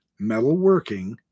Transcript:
metalworking